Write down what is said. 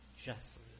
justly